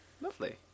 lovely